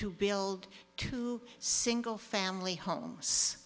to build two single family homes